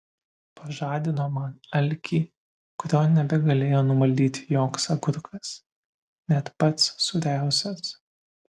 pažadino man alkį kurio nebegalėjo numaldyti joks agurkas net pats sūriausias